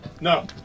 No